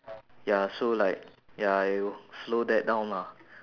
ya so like ya it will slow that down lah